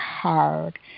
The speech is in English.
hard